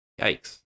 Yikes